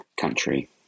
country